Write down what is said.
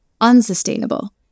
unsustainable